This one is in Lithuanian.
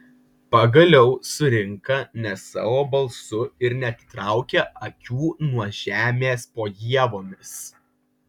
pagaliau surinka ne savo balsu ir neatitraukia akių nuo žemės po ievomis